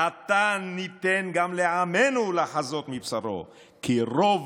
עתה ניתן גם לעמנו לחזות מבשרו כי 'רוב'